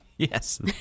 Yes